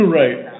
right